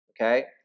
Okay